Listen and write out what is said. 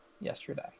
yesterday